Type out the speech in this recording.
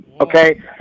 okay